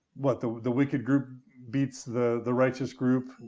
what? the the wicked group beats the the righteous group?